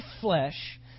flesh